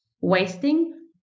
wasting